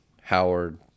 Howard